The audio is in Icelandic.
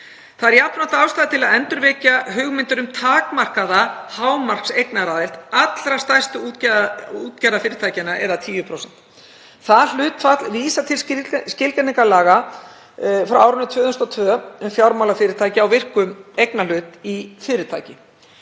Það er jafnframt ástæða til að endurvekja hugmyndir um takmarkaða hámarkseignaraðild í allra stærstu útgerðarfyrirtækjunum eða 10%. Það hlutfall vísar til skilgreiningar laga nr. 161/2002, um fjármálafyrirtæki, á virkum eignarhlut í fyrirtæki.